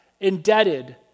indebted